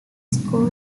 school